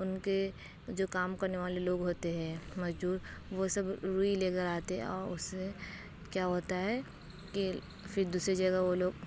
ان کے جو کام کرنے والے لوگ ہوتے ہے مزدور وہ سب روئی لے کر آتے ہے آ اس سے کیا ہوتا ہے کہ پھر دوسری جگہ وہ لوگ